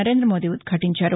Narendra Modi ఉద్ఘటించారు